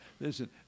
Listen